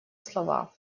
слова